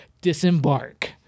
disembark